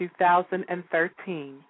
2013